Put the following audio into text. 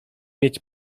mieć